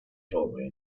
torment